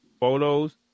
Photos